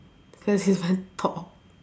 because he's very tall